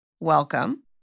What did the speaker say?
welcome